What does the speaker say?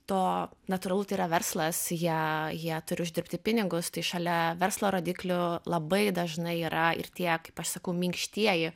to natūralu tai yra verslas jie jie turi uždirbti pinigus tai šalia verslo rodiklių labai dažnai yra ir tie kaip aš sakau minkštieji